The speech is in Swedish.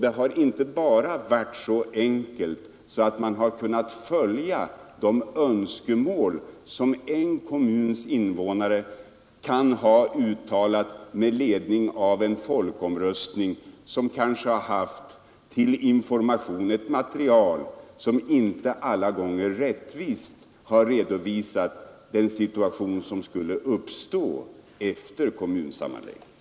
Det har inte varit så enkelt att man bara har kunnat följa de önskemål som en kommuns invånare kan ha uttalat med ledning av en folkomröstning, som kanske haft till information ett material, som inte alla gånger rättvist redovisat den situation som skulle uppstå efter en kommunsammanläggning.